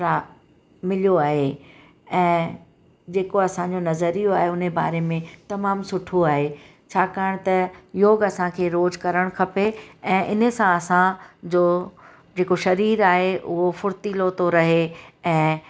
प्रा मिलियो आहे ऐं जेको असांजो नज़रियो आहे उन जे बारे में तमामु सुठो आहे छाकाणि त योग असांखे रोज़ु करणु खपे ऐं इन सां असांजो जेको शरीरु आहे उहो फुर्तिलो थो रहे ऐं